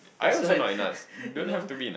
that's why you know